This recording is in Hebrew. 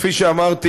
כפי שאמרתי,